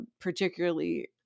particularly